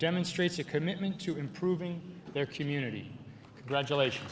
demonstrates a commitment to improving their community graduation